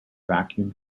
vacuum